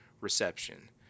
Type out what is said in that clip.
reception